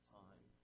time